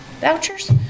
vouchers